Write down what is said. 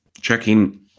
checking